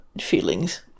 feelings